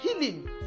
healing